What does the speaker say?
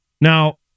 Now